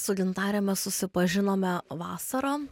su gintare mes susipažinome vasarą